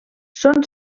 són